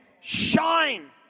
shine